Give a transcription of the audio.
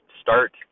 start